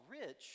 rich